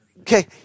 okay